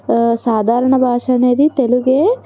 సాధారణ భాషనేది తెలుగే